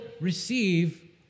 receive